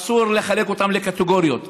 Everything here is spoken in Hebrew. אסור לחלק אותם לקטגוריות.